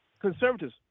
conservatives